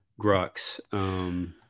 grux